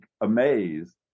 amazed